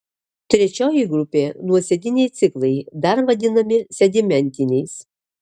trečioji grupė nuosėdiniai ciklai dar vadinami sedimentiniais